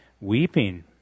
weeping